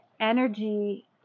energy